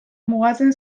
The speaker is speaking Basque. mugatzen